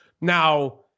Now